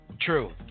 True